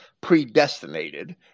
predestinated